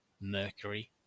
Mercury